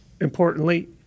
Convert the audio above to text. importantly